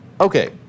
Okay